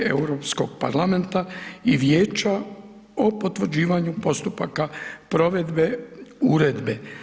Europskog parlamenta i Vijeća o potvrđivanju postupaka provedbe uredbe.